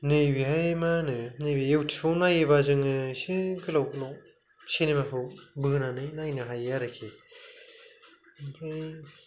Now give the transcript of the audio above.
नैबेहाय माहोनो नैबे इउटुबाव नायोब्ला जोङो एसे गोलाव गोलाव सिनेमाखौ बोनानै नायनो हायो आरोखि ओमफ्राय